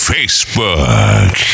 Facebook